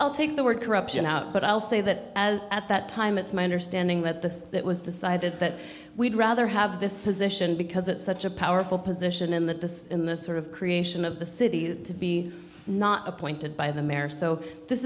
i'll take the word corruption out but i'll say that as at that time it's my understanding that this that was decided that we'd rather have this position because it's such a powerful position in the in the sort of creation of the city to be not appointed by the mare so this